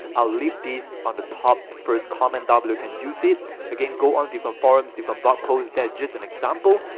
i'll leave this on the top first comment w can use it again go on different forums different blog but posts that's just an example.